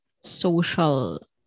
social